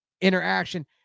interaction –